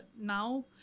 now